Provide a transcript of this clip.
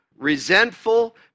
resentful